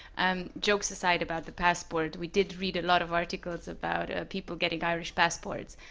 um joke so aside about the passport, we did read a lot of articles about ah people getting irish passports.